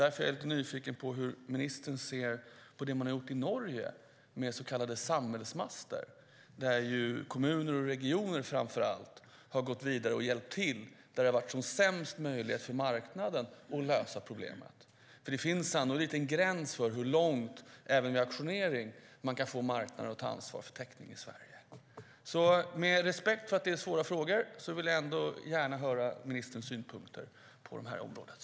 Därför är jag nyfiken på hur ministern ser på det man har gjort i Norge med så kallade samhällsmaster. Kommuner och regioner framför allt har gått vidare och hjälpt till där det har varit som sämst möjlighet för marknaden att lösa problemet. Det finns sannolikt en gräns för hur långt, även vid auktionering, man kan få marknaden att ta ansvar för täckningen i Sverige. Med respekt för att det är svåra frågor vill jag ändå höra ministerns synpunkter på det här området.